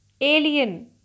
alien